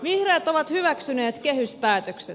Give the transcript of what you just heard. vihreät ovat hyväksyneet kehyspäätökset